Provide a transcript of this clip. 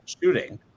shooting